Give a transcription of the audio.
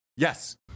Yes